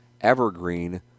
Evergreen